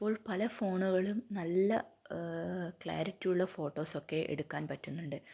ഇപ്പോൾ പല ഫോണുകളും നല്ല ക്ലാരിറ്റി ഉള്ള ഫോട്ടോസ് ഒക്കെ എടുക്കാൻ പറ്റുന്നുണ്ട്